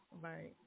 Right